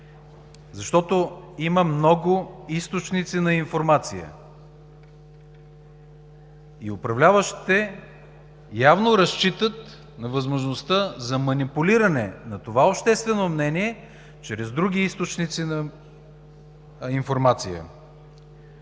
Защото има много източници на информация и управляващите явно разчитат на възможността за манипулиране на това обществено мнение чрез други източници на информация.